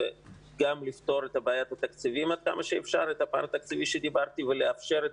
גם לפתור את הפער התקציבי שדיברתי עליו ולאפשר את